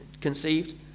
conceived